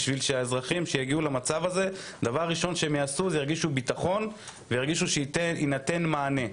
כדי שהאזרחים שיגיעו למצב הזה ירגישו ביטחון וירגישו שיינתן להם מענה.